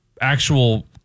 actual